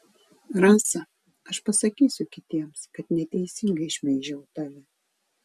rasa aš pasakysiu kitiems kad neteisingai šmeižiau tave